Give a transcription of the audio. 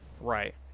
Right